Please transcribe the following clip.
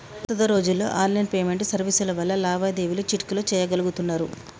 ప్రస్తుత రోజుల్లో online payment సర్వీసుల వల్ల లావాదేవీలు చిటికెలో చెయ్యగలుతున్నరు